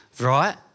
right